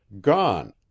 gone